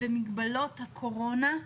במגבלות הקורונה.